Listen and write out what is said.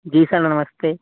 जी sir न नमस्ते